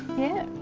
yeah.